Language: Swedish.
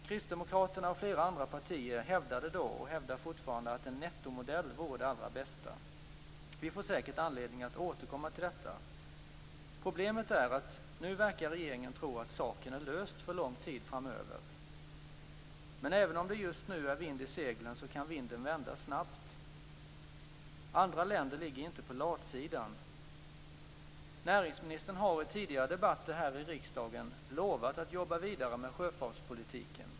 Kristdemokraterna och flera andra partier hävdade då och hävdar fortfarande att en nettomodell vore det allra bästa. Vi får säkert anledning att återkomma till detta. Problemet är att regeringen nu verkar tro att saken är löst för lång tid framöver. Men även om det just nu är vind i seglen, så kan vinden vända snabbt. Andra länder ligger inte på latsidan. Näringsministern har i tidigare debatter här i riksdagen lovat att jobba vidare med sjöfartspolitiken.